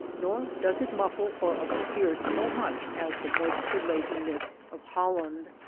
nor does it muffle or ob scure so much as the moisture-laden mists of holland,